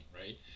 right